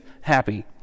happy